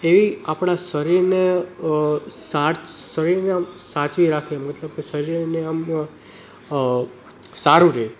એ આપણા શરીરને સાઠ શરીરને આમ સાચવી રાખે મતલબ કે શરીરને આમ સારું રહે